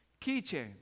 keychains